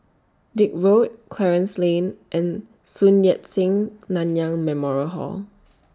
Dix Road Clarence Lane and Sun Yat Sen Nanyang Memorial Hall